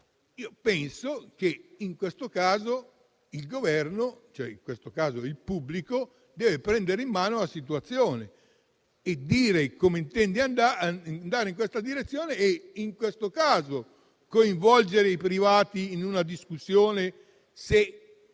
penso che il Governo, cioè in questo caso il pubblico, debba prendere in mano la situazione e dire come intende andare in questa direzione, e in tal caso, coinvolgere i privati in una discussione per